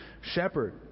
shepherd